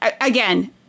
again